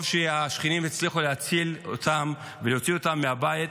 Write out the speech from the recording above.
טוב שהשכנים הצליחו להציל אותם ולהוציא אותם מהבית.